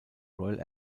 royal